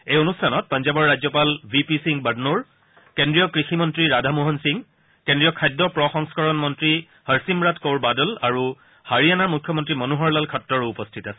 এই অনুষ্ঠানত পঞ্জাবৰ ৰাজ্যপাল ভি পি সিং বাদনোৰ কেন্দ্ৰীয় কৃষি মন্ত্ৰী ৰাধা মোহন সিং কেন্দ্ৰীয় খাদ্য প্ৰ সংস্কৰণ মন্ত্ৰী হৰচিমৰাট কৌৰ বাডল আৰু হাৰিয়ানাৰ মুখ্যমন্ত্ৰী মনোহৰলাল খটৰো উপস্থিত আছিল